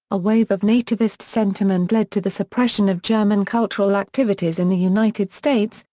a wave of nativist sentiment led to the suppression of german cultural activities in the united states,